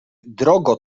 drogo